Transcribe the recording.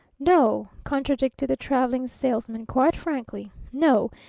no! contradicted the traveling salesman quite frankly. no!